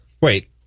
Wait